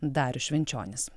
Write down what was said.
darius švenčionis